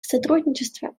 сотрудничество